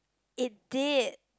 it did